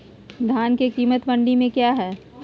धान के कीमत मंडी में क्या है?